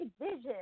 vision